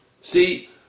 See